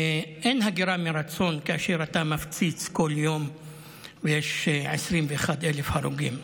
אין הגירה מרצון כאשר אתה מפציץ כל יום ויש 21,000 הרוגים.